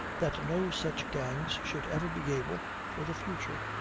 that no such gangs should ever be able, for the future,